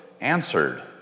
answered